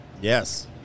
Yes